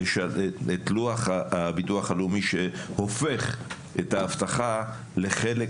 את לוח הביטוח הלאומי שהופך את האבטחה לחלק